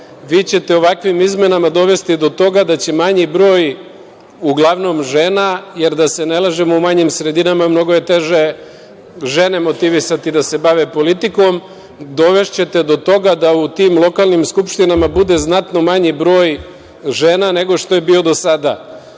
Vi ćete ovakvim izmenama dovesti do toga da će manji broj, uglavnom žena, jer da se ne lažemo u manjim sredinama mnogo je teže žene motivisati da se bave politikom, dovešćete do toga da u tim lokalnim skupštinama bude znatno manji broj žena nego što je bio do sada. Drugi